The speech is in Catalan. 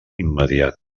immediat